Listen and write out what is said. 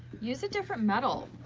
use a different metal.